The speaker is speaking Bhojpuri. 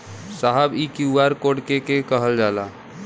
साहब इ क्यू.आर कोड के के कहल जाला?